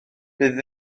bydd